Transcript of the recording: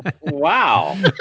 Wow